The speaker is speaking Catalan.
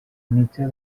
mitja